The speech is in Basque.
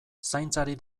zaintzari